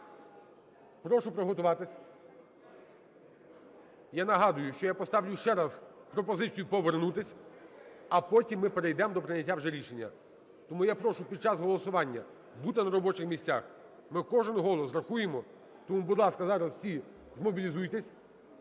Прошу приготуватися. Я нагадую, що я поставлю ще раз пропозицію повернутися, а потім ми перейдемо до прийняття вже рішення. Тому я прошу під час голосування бути на робочих місцях. Ми кожен голос рахуємо. Тому, будь ласка, зараз всі змобілізуйтесь.